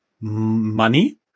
money